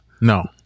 No